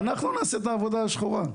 אנחנו נעשה את העבודה השחורה.